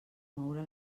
moure